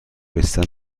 رسیدن